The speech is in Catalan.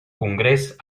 congrés